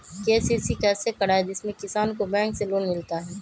KCC कैसे कराये जिसमे किसान को बैंक से लोन मिलता है?